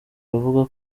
bavuga